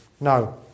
No